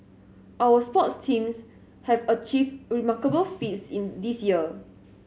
our sports teams have achieved remarkable feats in this year